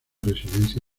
residencia